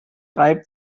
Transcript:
reibt